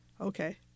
Okay